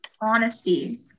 honesty